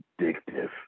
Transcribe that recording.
addictive